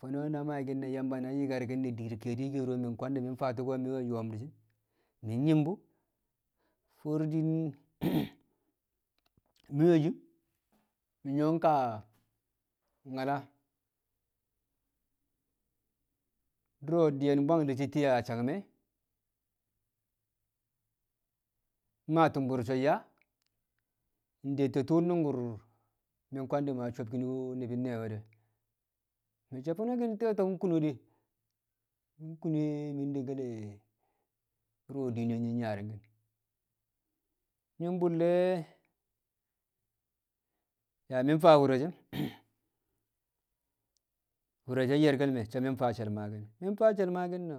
Fo̱no̱ na maaki̱n ni̱ Yamba na nyi̱karki̱n ne̱ dIr ke̱e̱di̱ ke̱ro̱ mi̱ kwngdi̱ mi̱ faa tu̱ko̱ yo̱o̱m di̱ shi̱, mi̱ nyi̱m bṵ fo̱o̱ro̱ diin mi̱ we̱ yim mi̱ nyṵwo̱ ka nyal dṵro̱ diyen mbwang ti̱ye̱ a sang me̱ mmaa tṵmbṵr so̱ nyaa nde̱ tṵṵ nṵngkṵr mi̱ kwangdi̱ mmaa sobkin wṵ ni̱bi̱ ne̱we̱ de̱ mi̱ so̱ fo̱no̱ nte̱e̱ ki̱n kṵno̱ mi̱ kṵne̱ mi̱ de̱kke̱l dṵro̱ du̱ro̱ diine nyi̱ yaarɪngki̱n, nyi̱ bṵlde̱ yaa mi̱ faa wṵr re̱ she̱ wṵr re̱ she̱ nye̱rke̱l so̱ mi̱ faa shel maaki̱n, mi̱ faa she̱l maaki̱n na